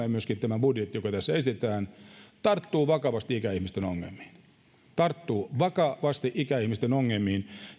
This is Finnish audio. ja myöskin tämä budjetti jota tässä esitetään tarttuvat vakavasti ikäihmisten ongelmiin se tarttuu vakavasti ikäihmisten ongelmiin